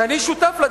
שאני שותף לה,